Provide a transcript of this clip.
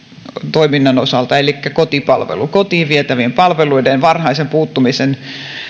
toiminnan osalta elikkä kotiin vietävien palveluiden ja varhaisen puuttumisen